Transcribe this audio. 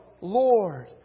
Lord